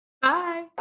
bye